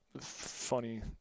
funny